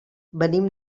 venim